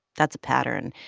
that's a pattern.